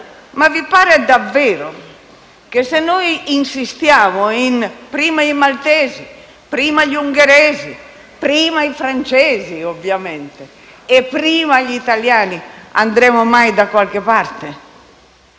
Ma vi pare davvero che, se noi insistiamo «in prima i maltesi», «prima gli ungheresi», «prima i francesi» - ovviamente - e «prima gli italiani», andremo mai da qualche parte?